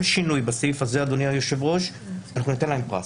כל שינוי בסעיף הזה נותן להם פרס.